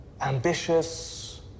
Ambitious